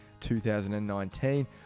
2019